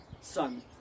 son